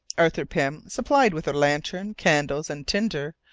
arthur pym, supplied with a lantern, candles, and tinder,